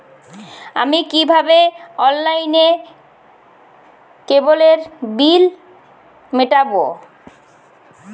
আমি কিভাবে অনলাইনে কেবলের বিল মেটাবো?